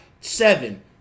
seven